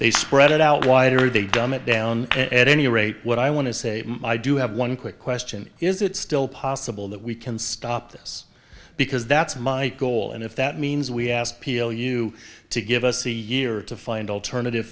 they spread it out wider they dumb it down at any rate what i want to say i do have one quick question is it still possible that we can stop this because that's my goal and if that means we asked p l u to give us a year to find alternative